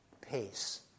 pace